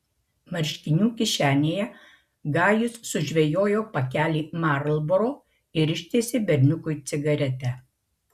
marškinių kišenėje gajus sužvejojo pakelį marlboro ir ištiesė berniukui cigaretę